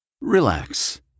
Relax